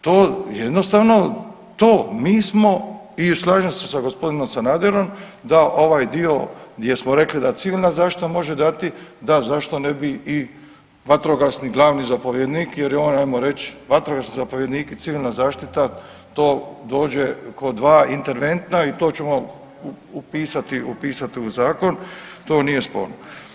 To jednostavno to, mi smo i slažem se sa gospodinom Sanaderom da ovaj dio gdje smo rekli da civilna zaštita može dati da zašto ne bi i vatrogasni glavni zapovjednik jer je on ajmo reći vatrogasni zapovjednik i civilna zaštita to dođe ko dva interventna i to ćemo upisati, upisati u zakon, to nije sporno.